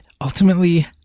ultimately